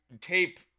tape